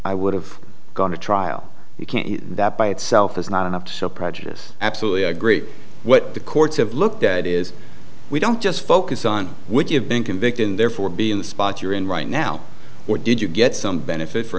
i would have gone to trial you can't do that by itself is not enough so prejudice absolutely agree what the courts have looked at is we don't just focus on which you have been convicted and therefore be in the spot you're in right now or did you get some benefit for